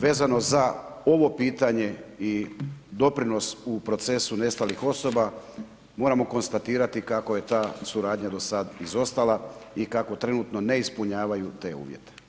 Vezano za ovo pitanje i doprinos u procesu nestalih osoba, moramo konstatirati kako je ta suradnja do sad izostala i kako trenutno ne ispunjavaju te uvjete.